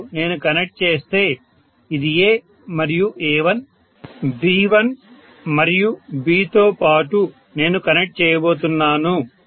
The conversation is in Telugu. ఇప్పుడు నేను కనెక్ట్ చేస్తే ఇది A మరియు A1 B1 మరియు Bతో పాటు నేను కనెక్ట్ చేయబోతున్నాను